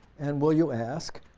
and well you ask,